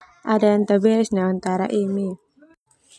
Ada yang tah beres nai antara emi ia.